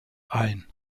ein